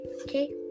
okay